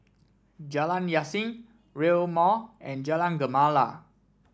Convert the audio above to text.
Jalan Yasin Rail Mall and Jalan Gemala